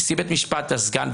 לנשיא בית המשפט ולסגן.